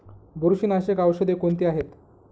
बुरशीनाशक औषधे कोणती आहेत?